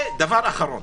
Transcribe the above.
דבר אחרון